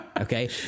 okay